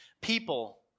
People